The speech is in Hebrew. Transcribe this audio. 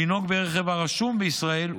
לנהוג ברכב הרשום בישראל,